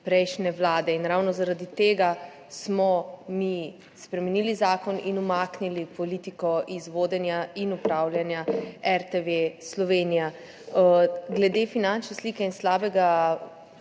prejšnje vlade, in ravno zaradi tega smo mi spremenili zakon in umaknili politiko iz vodenja in upravljanja RTV Slovenija. Glede finančne slike in slabega